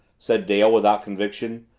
said dale without conviction,